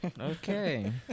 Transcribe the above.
okay